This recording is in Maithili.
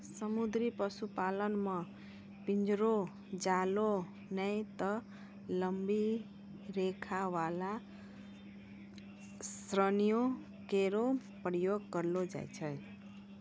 समुद्री पशुपालन म पिंजरो, जालों नै त लंबी रेखा वाला सरणियों केरो प्रयोग करलो जाय छै